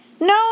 no